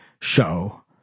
show